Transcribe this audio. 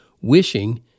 wishing